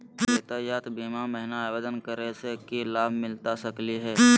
यातायात बीमा महिना आवेदन करै स की लाभ मिलता सकली हे?